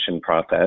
process